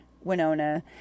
winona